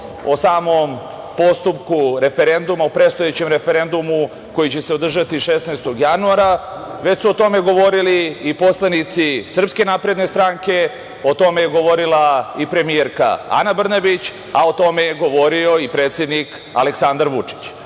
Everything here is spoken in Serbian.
o samom postupku referenduma u predstojećem referendumu koji će se održati 16. januara, već su o tome govorili i poslanici SNS, o tome je govorila i premijerka Ana Brnabić, a o tome je govorio i predsednik Aleksandar Vučić. Ja